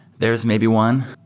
there is maybe one.